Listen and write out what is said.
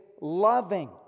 loving